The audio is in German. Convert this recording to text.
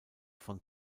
von